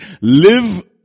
live